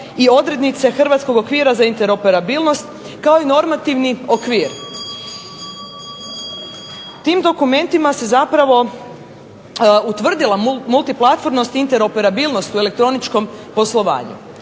i odrednice hrvatskog okvira za interoperabilnost kao i normativni okvir. Tim dokumentima se zapravo utvrdila multiplatfornost i interoperabilnost u elektroničkom poslovanju.